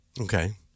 Okay